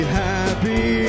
happy